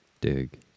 Dig